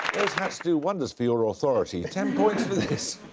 hats do wonders for your authority! ten points for this.